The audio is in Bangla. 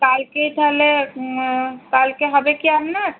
কালকেই তাহলে কালকে হবে কি আপনার